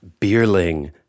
Bierling